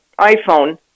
iPhone